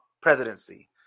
presidency